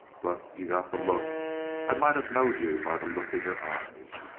but you got the look i might of knowed you by the look in your eyes.